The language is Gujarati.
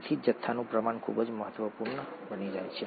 તેથી જ જથ્થાનું પ્રમાણ ખૂબ જ મહત્વપૂર્ણ બની જાય છે